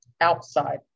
outside